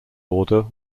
order